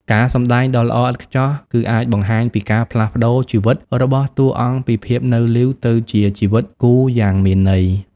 ការសម្ដែងដ៏ល្អឥតខ្ចោះ គឺអាចបង្ហាញពីការផ្លាស់ប្តូរជីវិតរបស់តួអង្គពីភាពនៅលីវទៅជាជីវិតគូយ៉ាងមានន័យ។